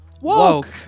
Woke